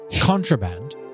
contraband